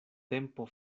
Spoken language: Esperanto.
tempo